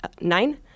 nine